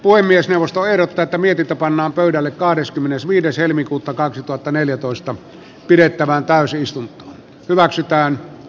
puhemiesneuvosto ei tätä mietitä pannaan pöydälle kahdeskymmenesviides helmikuuta kaksituhattaneljätoista pidettävään täysistunto hyväksytään e